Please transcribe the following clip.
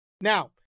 Now